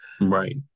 Right